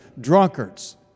drunkards